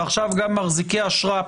ועכשיו גם מחזיקי אשרה,